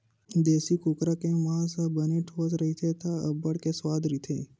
देसी कुकरा के मांस ह बने ठोस होथे त अब्बड़ के सुवाद रहिथे